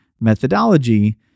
methodology